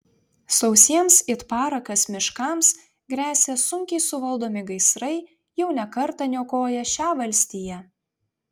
sausiems it parakas miškams gresia sunkiai suvaldomi gaisrai jau ne kartą niokoję šią valstiją